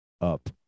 up